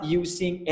using